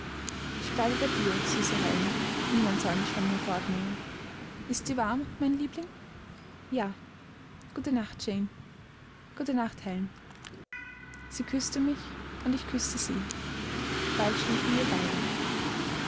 ich bleibe bei dir süße helen niemand soll mich von hier fortnehmen ist dir warm mein liebling ja gute nacht jane gute nacht helen sie küßte mich und ich küßte sie bald schliefen wir beide